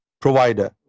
provider